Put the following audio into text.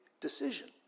decision